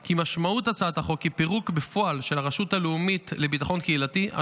כי משמעות הצעת החוק היא פירוק בפועל של הרשות הלאומית לביטחון קהילתי,